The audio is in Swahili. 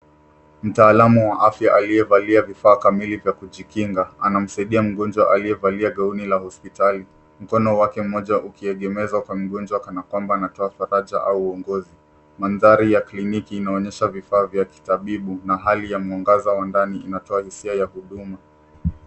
Mtaalamu wa afya aliyevalia vifaa kamili ya kujikinga anamsaidia mgonjwa aliyevalia gauni la hospitali mkono wake mmoja ukiegemeza kwa ngonjwa kanakwamba anatoa faraja au uongozi. Mandhari ya kliniki inaonyesha vifaa vya kitabibu na hali ya mwangaza wa ndani inatoa hisia ya huduma.